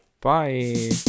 bye